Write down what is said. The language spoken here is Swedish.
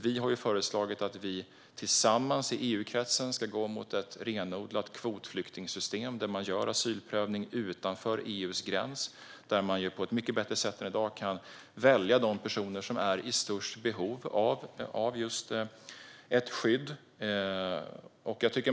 Vi har föreslagit att EU-kretsen tillsammans ska gå mot ett renodlat kvotflyktingsystem där asylprövningar görs utanför EU:s gräns. På ett mycket bättre sätt än i dag kan de personer som är i störst behov av skydd väljas ut.